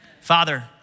Father